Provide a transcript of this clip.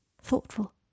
thoughtful